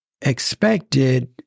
expected